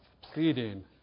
pleading